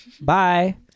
bye